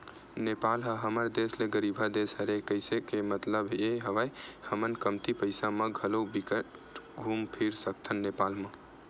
नेपाल ह हमर देस ले गरीबहा देस हरे, केहे के मललब ये हवय हमन कमती पइसा म घलो बिकट घुम फिर सकथन नेपाल म